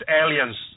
aliens